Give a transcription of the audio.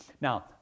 Now